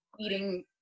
eating